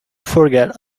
forget